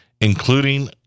including